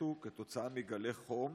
מתו כתוצאה מגלי חום